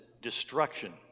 destruction